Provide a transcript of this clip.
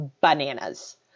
bananas